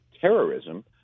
Terrorism